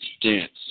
dance